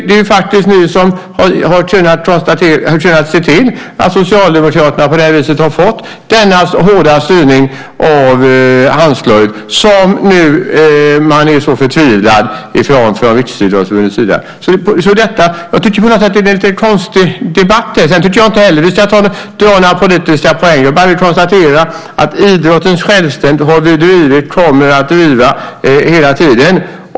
Det är faktiskt ni som har kunnat se till att Socialdemokraterna på det här viset har fått denna hårda styrning av Handslaget som man nu är så förtvivlad över från Riksidrottsförbundets sida. Jag tycker på något sätt att det här blir en konstig debatt. Sedan tycker jag inte heller att vi ska dra några politiska poäng. Jag vill bara konstatera att idrottens självständighet har vi drivit och kommer vi att driva hela tiden.